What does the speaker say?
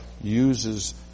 uses